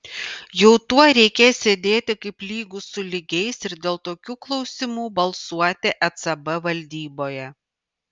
jau tuoj reikės sėdėti kaip lygūs su lygiais ir dėl tokių klausimų balsuoti ecb valdyboje